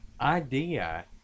idea